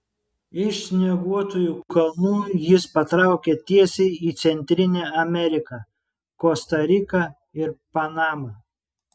iš snieguotųjų kalnų jis patraukė tiesiai į centrinę ameriką kosta riką ir panamą